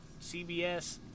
CBS